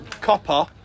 copper